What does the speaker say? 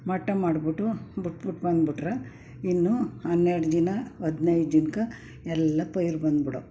ಮಟ್ಟ ಮಾಡ್ಬಿಟ್ಟು ಬಿಟ್ಬಿಟ್ಟು ಬಂದ್ಬಿಟ್ರೆ ಇನ್ನೂ ಹನ್ನೆರ್ಡು ದಿನ ಹದ್ನೈದು ದಿನ್ಕೆ ಎಲ್ಲ ಪೈರ್ ಬಂದ್ಬಿಡೋದು